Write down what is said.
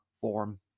form